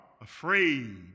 afraid